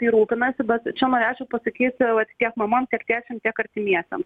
tai rūpinasi bet čia norėčiau pasakyti vat tiek mamom tiek tėčiam tiek artimiesiem